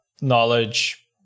knowledge